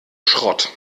schrott